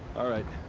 alright.